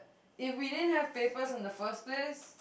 if we didn't have papers in the first place